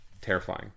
Terrifying